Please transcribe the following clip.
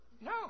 No